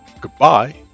goodbye